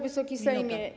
Wysoki Sejmie!